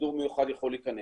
סידור מיוחד, הוא יכול להיכנס.